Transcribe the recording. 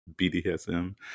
BDSM